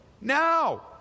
now